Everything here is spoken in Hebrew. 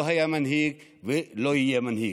לא היה מנהיג ולא יהיה מנהיג.